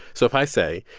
so if i say,